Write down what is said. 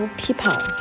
people